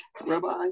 rabbi